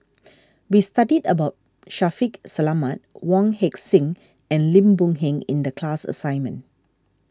we studied about Shaffiq Selamat Wong Heck Sing and Lim Boon Heng in the class assignment